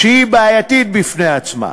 שהיא בעייתית בפני עצמה.